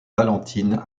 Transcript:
valentine